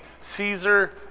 Caesar